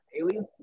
Alien